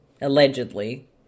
Allegedly